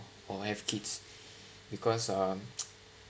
or have kids because um